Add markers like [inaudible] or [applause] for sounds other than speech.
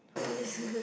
holi~ [laughs]